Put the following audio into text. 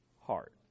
heart